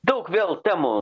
daug vėl temų